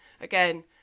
again